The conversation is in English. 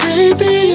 Baby